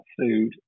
food